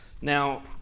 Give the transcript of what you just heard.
Now